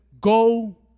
go